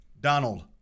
Donald